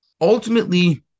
ultimately